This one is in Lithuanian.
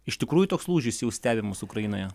iš tikrųjų toks lūžis jau stebimus ukrainoje